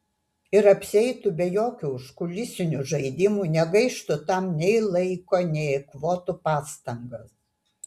ir apsieitų be jokių užkulisinių žaidimų negaištų tam nei laiko nei eikvotų pastangas